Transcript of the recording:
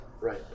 Right